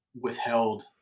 withheld